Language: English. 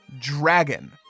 dragon